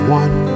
one